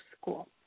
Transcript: school